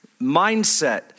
mindset